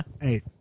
Hey